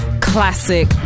classic